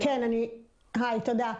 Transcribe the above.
תודה.